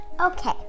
Okay